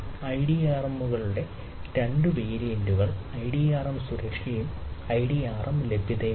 IDRM കളുടെ 2 വേരിയന്റുകൾ IDRM സുരക്ഷയും IDRM ലഭ്യതയുമാണ്